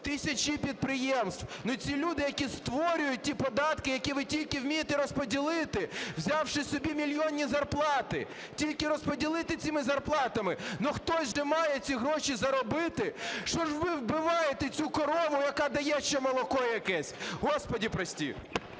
тисячі підприємств, ну, ці люди, які створюють ті податки, які ви тільки вмієте розподілити, взявши собі мільйонні зарплати, тільки розподілити цими зарплатами, ну, хтось же має ці гроші заробити, що ж ви вбиваєте цю корову, яка дає ще молоко якесь, Господи прости!